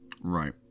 Right